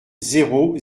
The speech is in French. zéro